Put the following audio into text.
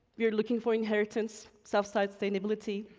we are looking for inheritance, self-sustainability.